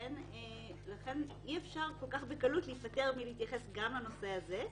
לכן אי אפשר כל כך בקלות להיפטר מלהתייחס גם לנושא הזה.